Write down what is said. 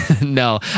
No